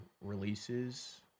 releases